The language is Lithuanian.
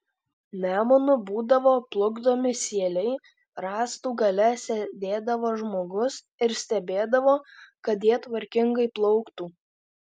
nemunu būdavo plukdomi sieliai rąstų gale sėdėdavo žmogus ir stebėdavo kad jie tvarkingai plauktų